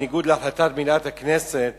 בניגוד להחלטת מליאת הכנסת